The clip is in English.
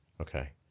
Okay